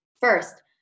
First